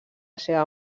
seva